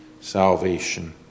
salvation